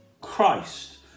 Christ